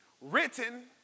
written